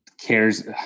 Cares